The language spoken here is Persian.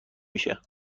میشه